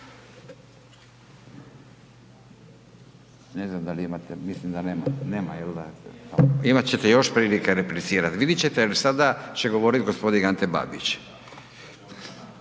Ne znam da li imate, mislim da nema, nema je l' da? Imat ćete još prilike replicirati. Vidjet ćete jer sada će govoriti g. Ante Babić.